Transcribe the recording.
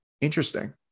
Interesting